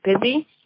busy